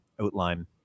outline